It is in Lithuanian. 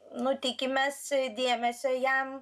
nu tikimės dėmesio jam